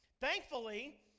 Thankfully